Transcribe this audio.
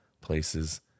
places